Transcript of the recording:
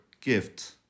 gift